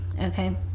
okay